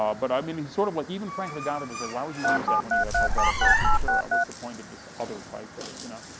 um but i mean, he's sort of like, even franklin gothic as like, why would you use that when you have helvetica or futura, what's the point of this other typeface, you know?